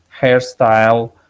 hairstyle